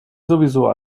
sowieso